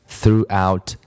throughout